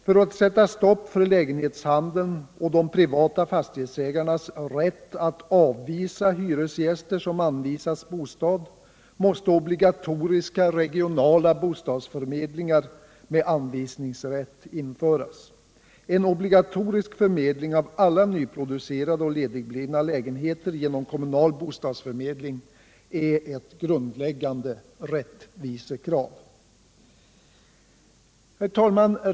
För att sätta stopp för lägenhetshandeln och de privata fastighetsägarnas rätt att avvisa hyresgäster som anvisats bostad måste obligatoriska regionala bostadsförmedlingar med anvisningsrätt införas. En obligatorisk förmedling av alla nyproducerade och ledigblivna lägenheter genom kommunal bostadsförmedling är ett grundläggande rättvisekrav. Herr talman!